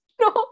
no